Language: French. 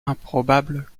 improbable